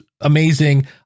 amazing